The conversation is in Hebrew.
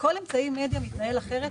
כל אמצעי מדיה מתנהל אחרת,